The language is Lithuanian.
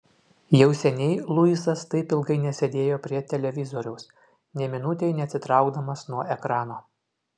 jau seniai luisas taip ilgai nesėdėjo prie televizoriaus nė minutei neatsitraukdamas nuo ekrano